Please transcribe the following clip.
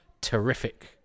terrific